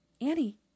Annie